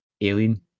alien